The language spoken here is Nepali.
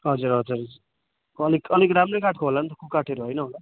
हजुर हजुर अलिक अलिक राम्रै काठको होला नि त कुकाठहरू होइन होला